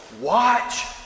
watch